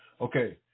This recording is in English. Okay